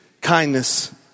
kindness